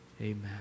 Amen